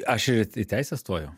aš ir į teisę stojau